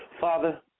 Father